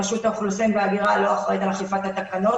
רשות האוכלוסין וההגירה לא אחראית על אכיפת התקנות.